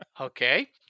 Okay